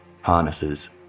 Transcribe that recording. harnesses